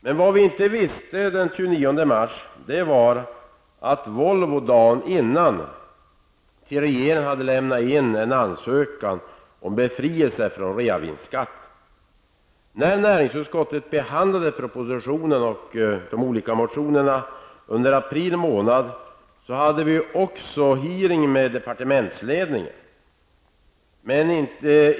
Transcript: Men vad vi den 29 mars inte visste var att Volvo dagen före till regeringen hade lämnat in en ansökan om befrielse från realisationsvinstsskatt. När näringsutskottet behandlade propositionen och de olika motionerna i april hade vi också en utfrågning med departementsledningen.